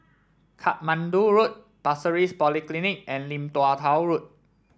Katmandu Road Pasir Ris Polyclinic and Lim Tua Tow Road